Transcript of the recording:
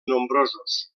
nombrosos